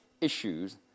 issues